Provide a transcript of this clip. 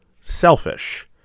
Selfish